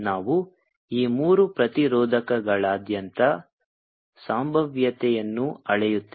ನಾವು ಈ ಮೂರು ಪ್ರತಿರೋಧಕಗಳಾದ್ಯಂತ ಸಂಭಾವ್ಯತೆಯನ್ನು ಅಳೆಯುತ್ತೇವೆ